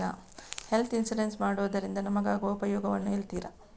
Health insurance ಮಾಡೋದ್ರಿಂದ ನಮಗಾಗುವ ಉಪಯೋಗವನ್ನು ಹೇಳ್ತೀರಾ?